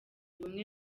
ubumwe